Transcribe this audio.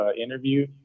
interview